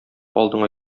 алдыңа